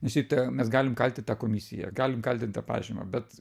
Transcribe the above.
šitą mes galim kaltyt tą komisiją galime kaltint tą pažymą bet